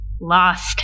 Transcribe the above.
Lost